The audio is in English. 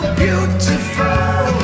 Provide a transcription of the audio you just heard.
beautiful